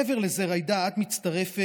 מעבר לזה, ג'ידא, את מצטרפת